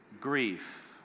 grief